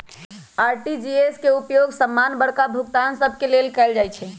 RTGS के उपयोग समान्य बड़का भुगतान सभ के लेल कएल जाइ छइ